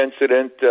incident